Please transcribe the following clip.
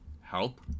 help